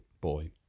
boy